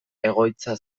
egoitza